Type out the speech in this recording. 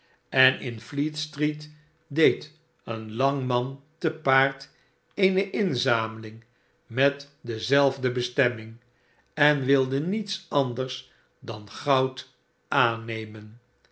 en in fleet-street deed een lang man te paard eene inzameling met dezelfde bestemming en wilde nieta anders dan goud aannemen